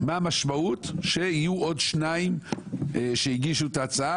מה המשמעות שיהיו עוד 2 שהגישו את ההצעה